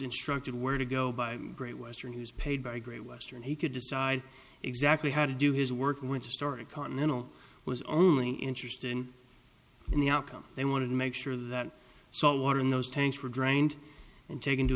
instructed where to go by great western he was paid by great western he could decide exactly how to do his work when to start a continental was only interested in the outcome they wanted to make sure that salt water in those tanks were drained and taken to